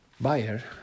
Buyer